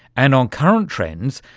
and, on current trends,